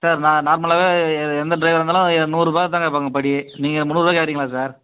sir நான் நார்மலாகவே எந்த ட்ரைவராக இருந்தாலும் நூறுரூபா தான் கேட்பாங்க படி நீங்கள் முந்நூறுரூவா கேட்குறீங்களே சார்